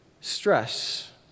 stress